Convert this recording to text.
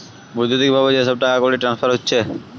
বৈদ্যুতিক ভাবে যে সব টাকাকড়ির ট্রান্সফার হচ্ছে